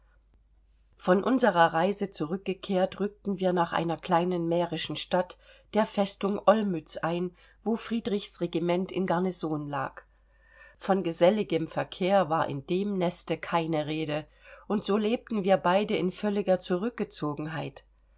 von unserer reise zurückgekehrt rückten wir nach einer kleinen mährischen stadt der festung olmütz ein wo friedrichs regiment in garnison lag von geselligem verkehr war in dem neste keine rede und so lebten wir beide in völliger zurückgezogenheit